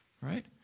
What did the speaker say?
right